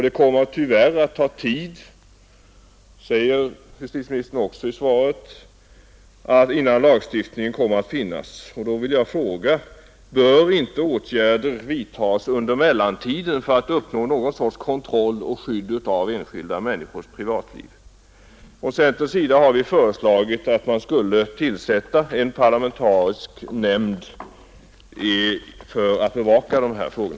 Det tar tyvärr tid — det säger också justitieministern i svaret — innan en lagstiftning kommer till stånd. Bör därför inte åtgärder vidtas under mellantiden för att uppnå någon sorts kontroll och skydd av enskilda människors privatliv? Centern har föreslagit att man skulle tillsätta en parlamentarisk nämnd för att bevaka dessa frågor.